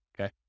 okay